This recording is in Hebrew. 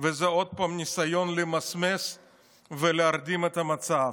וזה עוד פעם ניסיון למסמס ולהרדים את המצב.